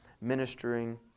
ministering